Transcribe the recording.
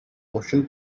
motion